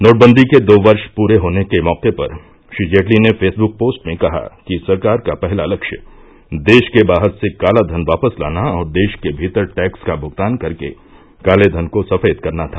नोटबंदी के दो वर्ष पूरे होने के मौके पर श्री जेटली ने फेसबुक पोस्ट में कहा कि सरकार का पहला लक्ष्य देश के बाहर से काला धन वापस लाना और देश के भीतर टैक्स का भूगतान करके काले धन को सफेद करना था